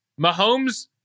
Mahomes